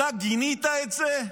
אתה גינית את זה?